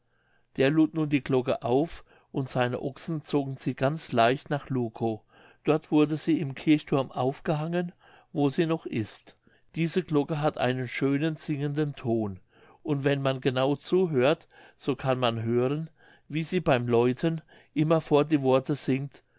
der lud nun die glocke auf und seine ochsen zogen sie ganz leicht nach lukow dort wurde sie im kirchthurm aufgehangen wo sie noch ist diese glocke hat einen schönen singenden ton und wenn man genau zuhört so kann man hören wie sie beim läuten immerfort die worte singt